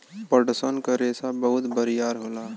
पटसन क रेसा बहुत बरियार होला